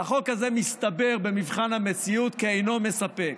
החוק הזה מסתבר במבחן המציאות כלא מספק.